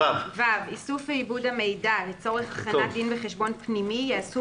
איסוף ועיבוד המידע לצורך הכנת דין וחשבון פנימי ייעשו